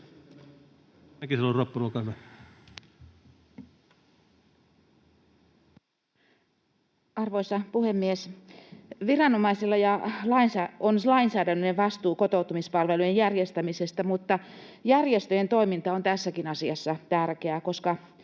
Arvoisa puhemies! Viranomaisilla on lainsäädännöllinen vastuu kotoutumispalvelujen järjestämisestä, mutta järjestöjen toiminta on tässäkin asiassa tärkeää, koska